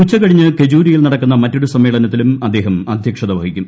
ഉച്ചകഴിഞ്ഞ് കെജൂരിയിൽ നടക്കുന്ന മറ്റൊരു സമ്മേളനത്തിലും അദ്ദേഹം അധ്യക്ഷത വഹിക്കും